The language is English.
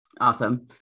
Awesome